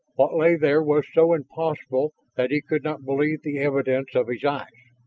what lay there was so impossible that he could not believe the evidence of his eyes.